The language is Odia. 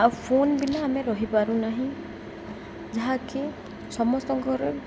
ଆଉ ଫୋନ୍ ବିନା ଆମେ ରହିପାରୁନାହିଁ ଯାହାକି ସମସ୍ତଙ୍କର